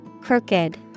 Crooked